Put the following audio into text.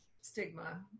stigma